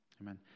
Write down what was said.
Amen